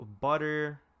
butter